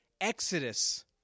exodus